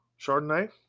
Chardonnay